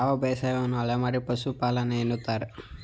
ಯಾವ ಬೇಸಾಯವನ್ನು ಅಲೆಮಾರಿ ಪಶುಪಾಲನೆ ಎನ್ನುತ್ತಾರೆ?